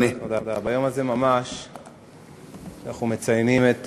ביום הזה ממש אנחנו מציינים את